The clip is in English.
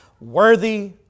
Worthy